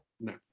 No